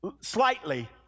slightly